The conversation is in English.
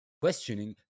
questioning